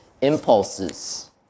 impulses